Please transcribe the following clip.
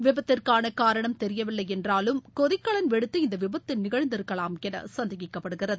விபத்திற்கான காரணம் தெரியவில்லை என்றாலும் கொதிகலன் வெடித்து இந்த விபத்து நிகழ்ந்திருக்கலாம் என சந்தேகிக்கப்படுகிறது